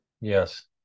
Yes